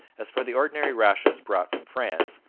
as for the ordinary rations brought from france,